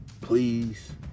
please